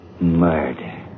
murder